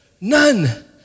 none